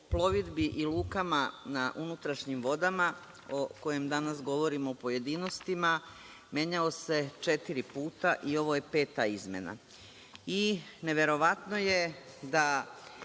plovidbi i lukama na unutrašnjim vodama o kojem danas govorimo u pojedinostima menjao se četiri puta i ovo je peta izmena